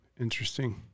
Interesting